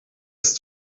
ist